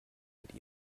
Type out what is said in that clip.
mit